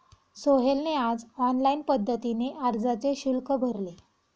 सोहेलने आज ऑनलाईन पद्धतीने अर्जाचे शुल्क भरले